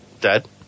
Dad